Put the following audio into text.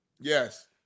Yes